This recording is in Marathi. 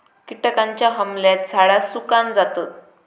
किटकांच्या हमल्यात झाडा सुकान जातत